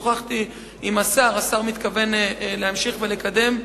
שוחחתי עם השר, שמתכוון להמשיך ולקדם.